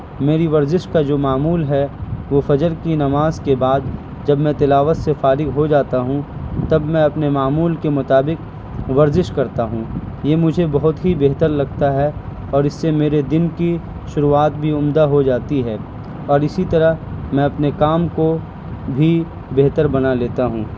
میری ورزش کا جو معمول ہے وہ فجر کی نماز کے بعد جب میں تلاوت سے فارغ ہو جاتا ہوں تب میں اپنے معمول کے مطابق ورزش کرتا ہوں یہ مجھے بہت ہی بہتر لگتا ہے اور اس سے میرے دن کی شروعات بھی عمدہ ہو جاتی ہے اور اسی طرح میں اپنے کام کو بھی بہتر بنا لیتا ہوں